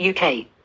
UK